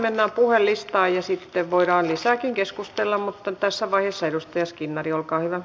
mennään puhujalistaan ja sitten voidaan lisääkin keskustella mutta tässä vaiheessa edustaja skinnari olkaa hyvä